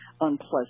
unpleasant